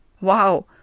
Wow